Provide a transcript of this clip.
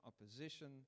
opposition